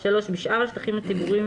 (3) בשאר השטחים הציבוריים,